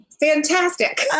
fantastic